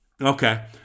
Okay